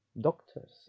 doctors